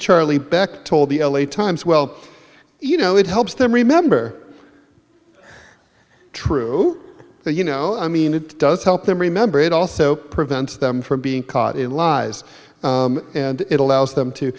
charlie beck told the l a times well you know it helps them remember true but you know i mean it does help them remember it also prevents them from being caught in lies and it allows them to